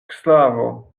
sklavo